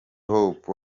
hope